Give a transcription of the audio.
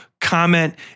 comment